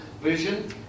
vision